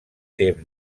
temps